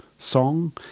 Song